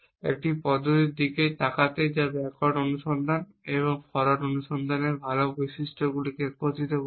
একটি পদ্ধতির দিকে তাকাতে যা ব্যাকওয়ার্ড অনুসন্ধান এবং ফরওয়ার্ড অনুসন্ধানের ভাল বৈশিষ্ট্যগুলিকে একত্রিত করবে